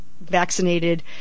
vaccinated